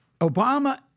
Obama